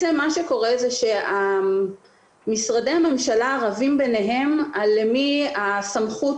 מה שקורה זה שמשרדי הממשלה רבים ביניהם על מי הסמכות